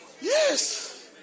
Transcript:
Yes